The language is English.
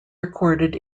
recorded